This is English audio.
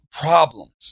problems